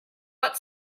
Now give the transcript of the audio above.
but